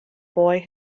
boy